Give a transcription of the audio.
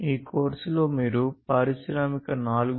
ఈ కోర్సులో మీరు పారిశ్రామిక 4